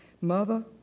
mother